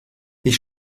ich